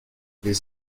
les